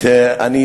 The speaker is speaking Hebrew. אדוני,